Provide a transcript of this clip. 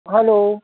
hello